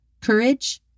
courage